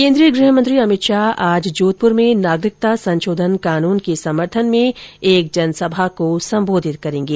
केन्द्रीय गृह मंत्री अमित शाह आज जोधपुर में नागरिकता संशोधन कानून के समर्थन में एक जनसभा को संबोधित करेंगे